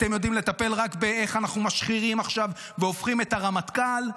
אתם יודעים לטפל רק באיך אנחנו משחירים עכשיו והופכים את הרמטכ"ל,